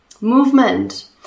movement